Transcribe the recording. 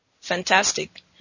fantastic